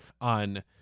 on